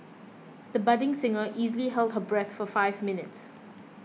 the budding singer easily held her breath for five minutes